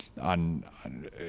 on